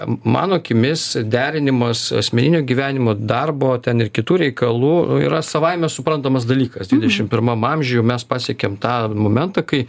mano akimis derinimas asmeninio gyvenimo darbo ten ir kitų reikalų yra savaime suprantamas dalykas dvidešimt pirmam amžiuj jau mes pasiekėm tą momentą kai